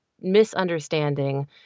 misunderstanding